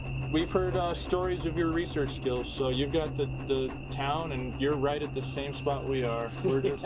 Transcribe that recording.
we've heard stories of your research skills so you've got the the town and you're right at the same spot we are. we're